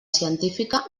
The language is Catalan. científica